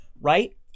right